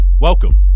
Welcome